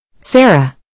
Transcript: Sarah